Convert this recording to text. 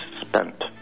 spent